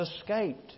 escaped